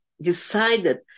decided